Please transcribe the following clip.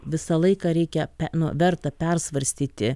visą laiką reikia nu verta persvarstyti